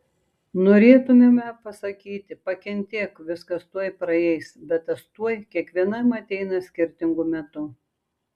norėtumėme pasakyti pakentėk viskas tuoj praeis bet tas tuoj kiekvienam ateina skirtingu metu